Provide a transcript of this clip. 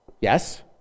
Yes